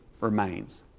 remains